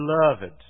beloved